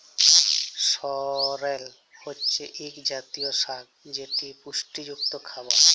সরেল হছে ইক জাতীয় সাগ যেট পুষ্টিযুক্ত খাবার